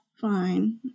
fine